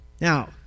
Now